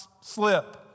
slip